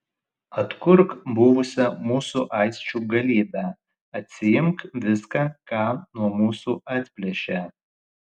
atkurk buvusią mūsų aisčių galybę atsiimk viską ką nuo mūsų atplėšė